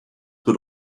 put